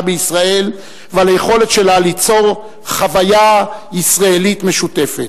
בישראל וליכולת שלה ליצור "חוויה ישראלית" משותפת.